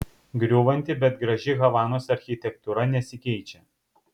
griūvanti bet graži havanos architektūra nesikeičia